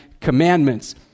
Commandments